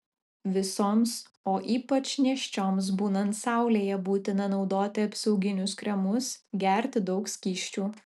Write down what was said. visoms o ypač nėščioms būnant saulėje būtina naudoti apsauginius kremus gerti daug skysčių